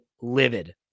livid